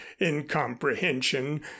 incomprehension